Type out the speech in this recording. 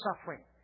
suffering